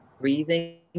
Breathing